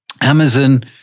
Amazon